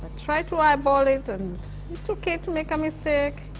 try to eyeball it and it's okay to make a mistake.